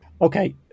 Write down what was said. Okay